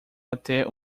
até